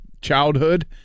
childhood